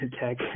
tech